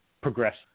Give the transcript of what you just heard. Progress